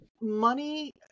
money